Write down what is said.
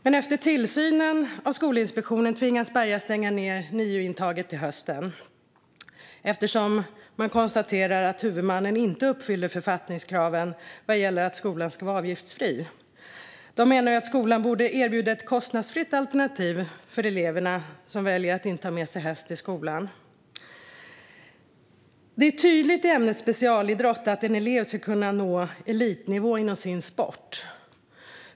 Men efter Skolinspektionens tillsyn tvingas nu Berga stänga ned sin NIU-intagning till hösten eftersom Skolinspektionen konstaterar att huvudmannen inte uppfyller författningskraven avseende att utbildningen i gymnasieskolan ska vara avgiftsfri. Man menar att skolan borde erbjuda ett kostnadsfritt alternativ för de elever som väljer att inte ha med sig en häst till skolan. Det är tydligt i ämnet specialidrott att en elev ska kunna nå elitnivå inom sin sport.